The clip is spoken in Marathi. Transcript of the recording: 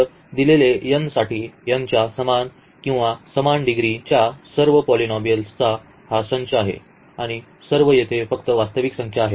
तर दिलेले n साठी n च्या समान किंवा समान डिग्रीच्या सर्व पॉलिनॉमीयलचा हा संच आहे आणि सर्व येथे फक्त वास्तविक संख्या आहेत